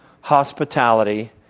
hospitality